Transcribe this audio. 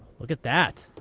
look at that.